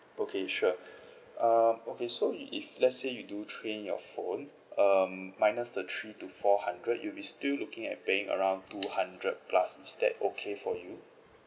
okay sure um okay so i~ if let's say you do trade in your phone um minus the three to four hundred you'll be still looking at paying around two hundred plus is that okay for you